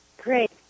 Great